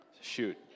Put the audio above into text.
Shoot